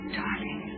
darling